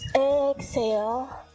exhale,